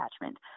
attachment